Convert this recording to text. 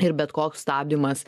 ir bet koks stabdymas